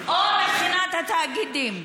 או מבחינת התאגידים.